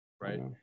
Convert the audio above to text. right